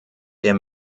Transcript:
der